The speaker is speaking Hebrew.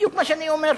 בדיוק מה שאני אומר פה,